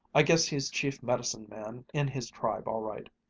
i guess he's chief medicine-man in his tribe all right.